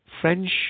French